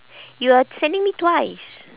you are sending me twice